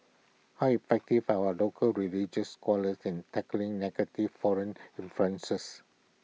how effective for our local religious scholars in tackling negative foreign influences